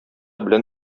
белән